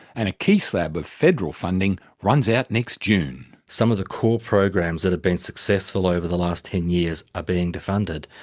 and a key slab of federal funding runs out next june. some of the core programs that have been successful over the last ten years are being defunded.